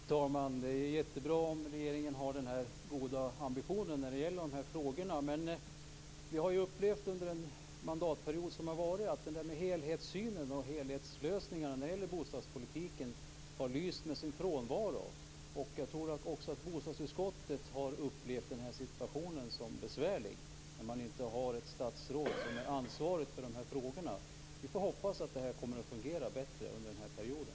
Fru talman! Det är bra om regeringen har den goda ambitionen i dessa frågor. Vi har upplevt under den gångna mandatperioden att helhetssynen och helhetslösningarna i fråga om bostadspolitiken har lyst med sin frånvaro. Jag tror att bostadsutskottet har upplevt situationen som besvärlig när det inte har funnits ett statsråd som är ansvarig för dessa frågor. Vi får hoppas att det skall fungera bättre under den här mandatperioden.